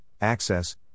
access